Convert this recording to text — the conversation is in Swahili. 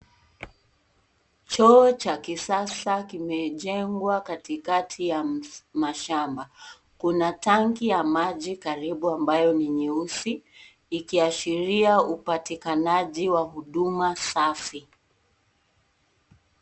Choo cha kisasa kimejengwa katikati ya mashamba. Kuna [s]tank ya maji karibu ambayo ni nyeusi, ikiashiria upatikanaji wa huduma safi.